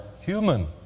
human